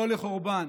לא לחורבן.